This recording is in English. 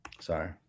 Sorry